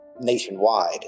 nationwide